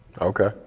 Okay